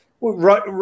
Right